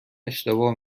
اشتباه